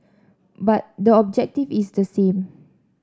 but the objective is the same